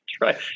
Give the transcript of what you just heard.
right